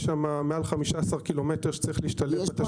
יש שם מעל 15 ק"מ שצריך להשתלב בתשתית של מקורות.